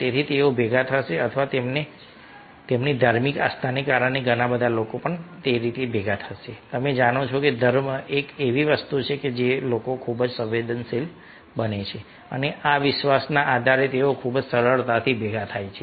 તેથી તેઓ ભેગા થશે અથવા તેમની ધાર્મિક આસ્થાને કારણે ઘણા બધા લોકો ભેગા થશે તમે જાણો છો કે ધર્મ એક એવી વસ્તુ છે જે લોકો ખૂબ જ સંવેદનશીલ બને છે અને આ વિશ્વાસના આધારે તેઓ ખૂબ જ સરળતાથી ભેગા થાય છે